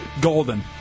Golden